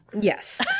Yes